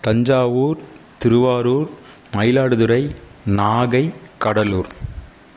Thanjavur Thiruvarur Mayiladuthurai Nagai Cuddalore